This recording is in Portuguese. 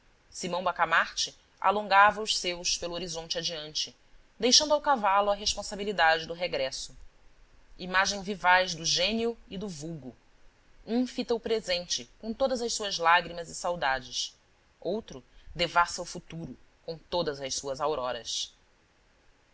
simão bacamarte alongava os seus pelo horizonte adiante deixando ao cavalo a responsabilidade do regresso imagem vivaz do gênio e do vulgo um fita o presente com todas as suas lágrimas e saudades outro devassa o futuro com todas as suas auroras